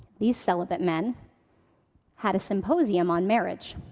these celibate men had a symposium on marriage.